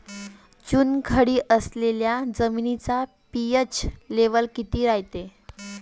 चुनखडी असलेल्या जमिनीचा पी.एच लेव्हल किती रायते?